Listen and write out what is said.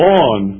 on